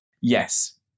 Yes